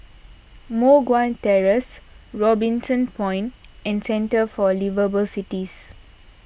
Moh Guan Terrace Robinson Point and Centre for Liveable Cities